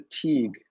fatigue